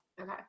Okay